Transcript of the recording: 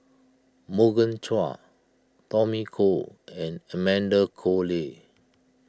Morgan Chua Tommy Koh and Amanda Koe Lee